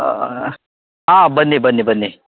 ಹಾಂ ಬನ್ನಿ ಬನ್ನಿ ಬನ್ನಿ